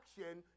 action